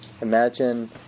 Imagine